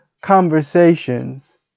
conversations